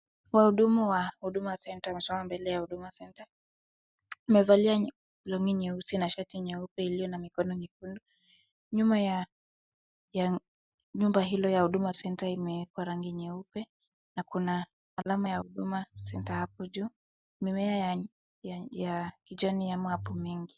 Wahudumu wa huduma centre wamesimama mbele ya huduma centre . Wamevalia longi nyeusi na shati nyeupe iliyo na mikono nyekundu. Nyuma ya nyumba hilo ya huduma centre imewekwa rangi nyeupe na kuna alama ya huduma centre hapo juu. Mimea ya ya kijani yamea hapo mingi.